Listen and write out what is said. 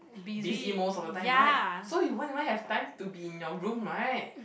busy most of the time right so you won't even have time to be in your room right